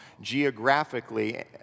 geographically